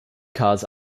cars